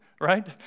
right